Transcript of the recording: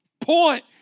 point